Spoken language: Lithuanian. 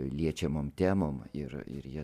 liečiamom temom ir ir jas